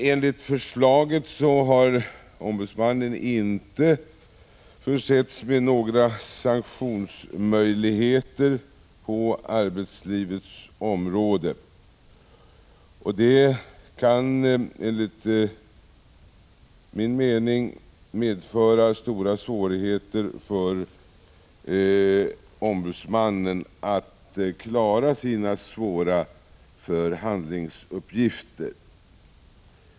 Enligt förslaget har ombudsmannen inte försetts med några sanktionsmöjligheter på arbetslivets område. Detta kan enligt min mening medföra stora svårigheter för ombudsmannen att klara sina svåra förhandlingsuppgifter.